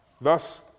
Thus